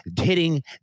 hitting